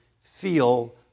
feel